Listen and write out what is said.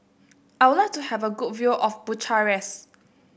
I would like to have a good view of Bucharest